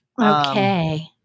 Okay